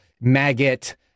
maggot